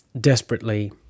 desperately